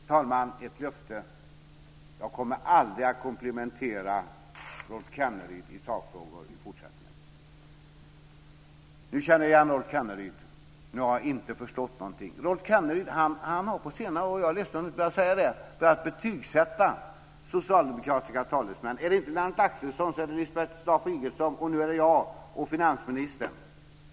Fru talman! Ett löfte: Jag kommer aldrig att komplimentera Rolf Kenneryd i sakfrågor i fortsättningen! Nu känner jag igen Rolf Kenneryd. Jag har inte förstått någonting. Rolf Kenneryd har på senare år, jag är ledsen att behöva säga det, börjat betygssätta socialdemokratiska talesmän. Är det inte Lennart Axelsson är det Lisbeth Staaf-Igelström, och nu gäller det mig och finansministern.